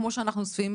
כמו שאנחנו אוספים,